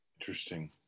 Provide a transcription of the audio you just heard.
Interesting